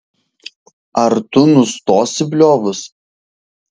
ar tu nustosi bliovus